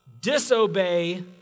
disobey